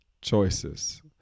choices